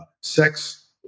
Sex